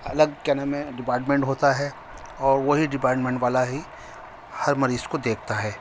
الگ کیا نام ہے ڈپارٹمنٹ ہوتا ہے اور وہی ڈپارٹمنٹ والا ہی ہر مریض کو دیکھتا ہے